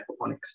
aquaponics